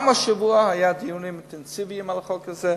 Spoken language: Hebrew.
גם השבוע היו דיונים אינטנסיביים על החוק הזה,